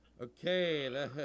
Okay